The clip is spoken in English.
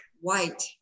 white